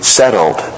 settled